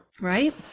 Right